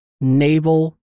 naval